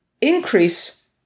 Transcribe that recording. increase